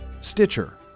Stitcher